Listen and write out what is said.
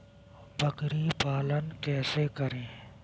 बकरी पालन कैसे करें?